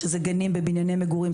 שזה גנים בבנייני מגורים,